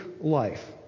life